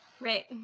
Right